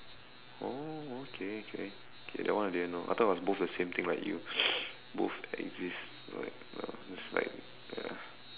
oh okay okay okay that one I didn't know I thought it was both the same thing like you both exist or like uh it's like ya